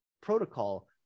protocol